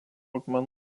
akmenų